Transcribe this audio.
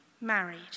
married